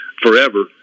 forever